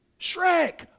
Shrek